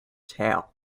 tail